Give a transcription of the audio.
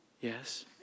yes